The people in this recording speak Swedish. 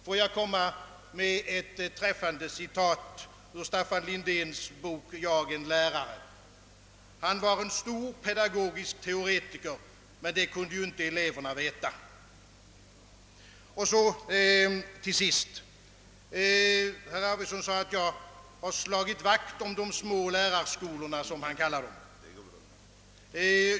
Låt mig anföra ett träffande citat ur Staffan Lindéns bok »Jag en lärare»: »Han var en stor pedagogisk teoretiker, men det kunde ju inte eleverna veta». Till sist vill jag bemöta herr Arvidsons uttalande, att jag hade slagit vakt om de små lärarskolorna, som han kallar dem.